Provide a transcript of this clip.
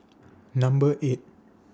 Number eight